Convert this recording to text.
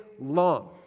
long